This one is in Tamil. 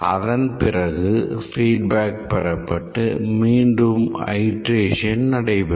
அதன்பிறகு feedback பெறப்பட்டு மீண்டும் அயிட்ரேஷன் நடைபெறும